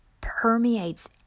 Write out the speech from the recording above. permeates